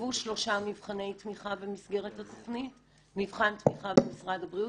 נכתבו שלושה מבחני תמיכה במסגרת התכנית: מבחן תמיכה במשרד הבריאות,